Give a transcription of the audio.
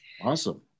awesome